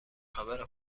خبر